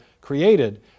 created